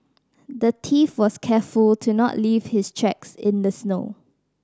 the thief was careful to not leave his tracks in the snow